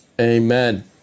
Amen